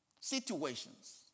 situations